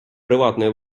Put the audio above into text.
приватної